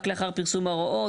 רק לאחר פרסום ההוראות,